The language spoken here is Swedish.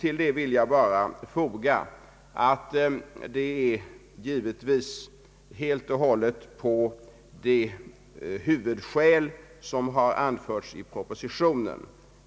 Till det vill jag bara foga att min uppfattning givetvis helt och hållet bygger på det huvudskäl som har anförts i propositionen.